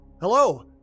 hello